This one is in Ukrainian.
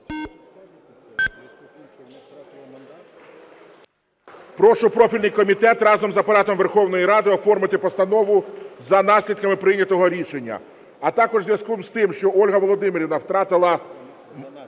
Прошу профільний комітет разом з Апаратом Верховної Ради оформити постанову за наслідками прийнятого рішення, а також в зв'язку з тим, що Ольга Володимирівна втратила